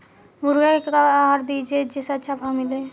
मुर्गा के का आहार दी जे से अच्छा भाव मिले?